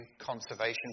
conservation